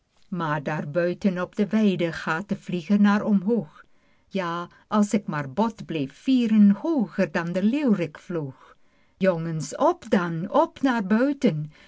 maar daar buiten op de weide gaat de vlieger naar omhoog ja als ik maar bot bleef vieren hooger dan de leeuw'rik vloog jongens op dan op naar buiten